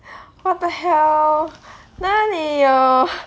what the hell 哪里有